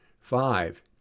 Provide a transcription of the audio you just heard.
Five